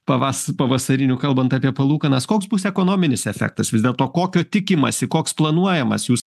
pavas pavasarinių kalbant apie palūkanas koks bus ekonominis efektas vis dėlto kokio tikimasi koks planuojamas jūs